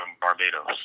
Barbados